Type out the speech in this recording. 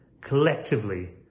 collectively